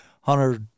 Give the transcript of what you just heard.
hunter